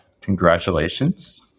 Congratulations